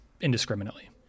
indiscriminately